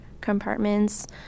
compartments